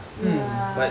ya